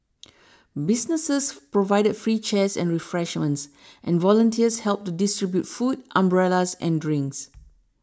businesses provided free chairs and refreshments and volunteers helped to distribute food umbrellas and drinks